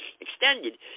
extended